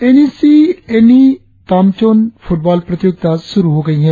N E C N E ताम्चोन football प्रतियोगिता शुरु हो गयी है